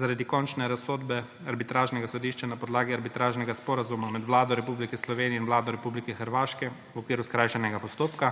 zaradi končne razsodbe arbitražnega sodišča na podlagi Arbitražnega sporazuma med Vlado Republike Slovenije in Vlado Republike Hrvaške v okviru skrajšanega postopka.